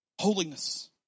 Holiness